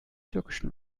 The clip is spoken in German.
türkischen